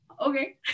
okay